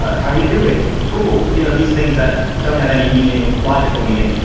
how are you doing? cool. you know, these things that don't have any meaning, logical meaning,